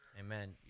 Amen